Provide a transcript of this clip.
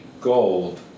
gold